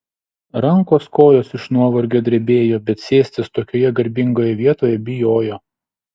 rankos kojos iš nuovargio drebėjo bet sėstis tokioje garbingoje vietoj bijojo